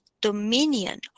dominion